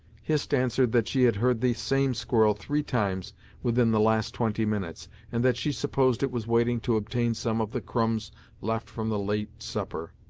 hist answered that she had heard the same squirrel three times within the last twenty minutes, and that she supposed it was waiting to obtain some of the crumbs left from the late supper.